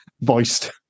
voiced